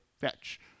fetch